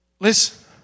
Listen